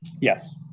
Yes